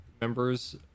members